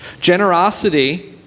Generosity